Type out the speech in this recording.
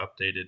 updated